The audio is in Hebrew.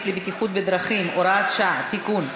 לבטיחות בדרכים (הוראת שעה) (תיקון),